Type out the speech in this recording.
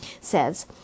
says